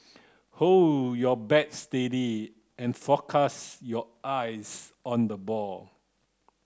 hold your bat steady and focus your eyes on the ball